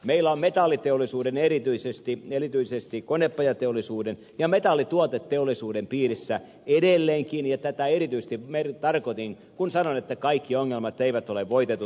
meillä on metalliteollisuuden erityisesti konepajateollisuuden ja metallituoteteollisuuden piirissä edelleenkin ongelmia ja tätä erityisesti tarkoitin kun sanoin että kaikki ongelmat eivät ole voitetut